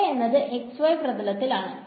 A എന്നത് x y പ്രഥലത്തിൽ ആണ്